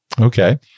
Okay